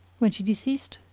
when she deceased,